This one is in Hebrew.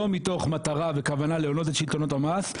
לא מתוך מטרה וכוונה להונות את שלטונות המס,